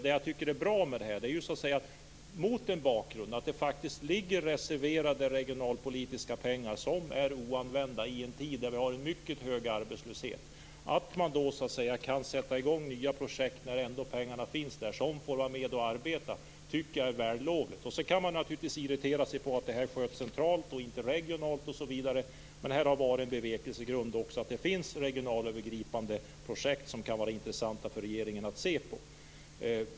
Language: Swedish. Det jag tycker är bra med detta är, mot den bakgrund att det ligger reserverade regionalpolitiska pengar som är oanvända i en tid där vi har mycket hög arbetslöshet, att man kan sätta igång nya projekt när pengarna ändå finns där. Att de får vara med att arbeta tycker jag är vällovligt. Sedan kan man naturligtvis irritera sig på att det sköts centralt och inte regionalt osv. Men en bevekelsegrund har varit att det finns regionalövergipande projekt som kan vara intressanta för regeringen att se på.